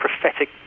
prophetic